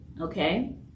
Okay